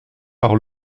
par